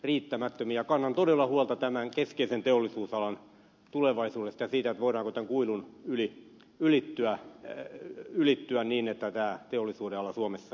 kannan todella huolta tämän keskeisen teollisuudenalan tulevaisuudesta ja siitä voidaanko tämä kuilu ylittää niin että tämä teollisuudenala suomessa säilyy